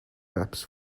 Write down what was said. maps